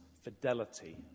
fidelity